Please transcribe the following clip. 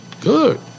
good